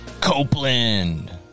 Copeland